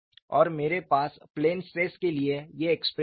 और मेरे पास प्लेन स्ट्रेस के लिए ये एक्सप्रेशन हैं